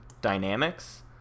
dynamics